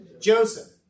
Joseph